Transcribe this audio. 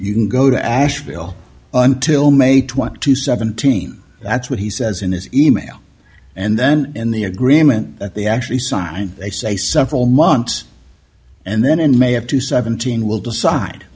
you can go to asheville until may twenty two seventeen that's what he says in this e mail and then in the agreement that they actually sign they say several months and then in may of two seventeen will decide